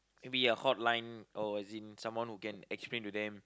maybe a hotline or as in someone who can explain to them